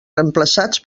reemplaçats